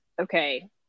okay